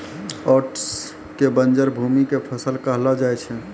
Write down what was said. oats कॅ बंजर भूमि के फसल कहलो जाय छै